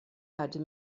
had